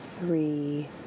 three